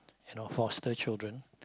you know foster children